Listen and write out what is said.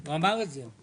הוא אמר את זה.